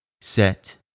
set